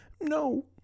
No